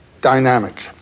dynamic